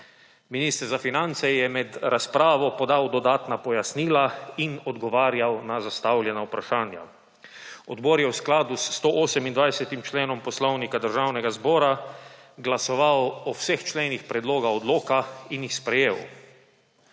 Minister za finance je med razpravo podal dodatna pojasnila in odgovarjal na zastavljena vprašanja. Odbor je v skladu s 128. členom Poslovnika Državnega zbora glasoval o vseh členih predloga odloka in jih sprejel.